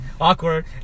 awkward